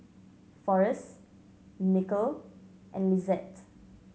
Forest Nichol and Lizette